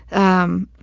um,